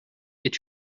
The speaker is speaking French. est